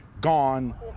gone